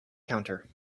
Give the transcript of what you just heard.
counter